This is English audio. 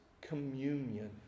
communion